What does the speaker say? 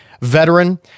veteran